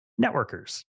networkers